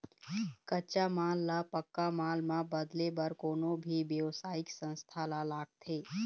कच्चा माल ल पक्का माल म बदले बर कोनो भी बेवसायिक संस्था ल लागथे